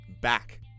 back